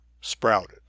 sprouted